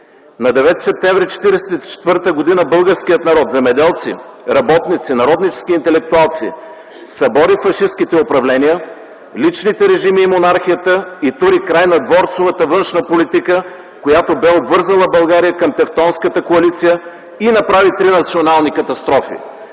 На 9 септември 1944 г. българският народ – земеделци, работници, народнически интелектуалци, събори фашистките управления, личните режими и монархията, и тури край на дворцовата външна политика, която бе обвързала България към Тевтонската коалиция, и направи три национални катастрофи.